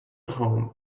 home